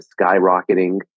skyrocketing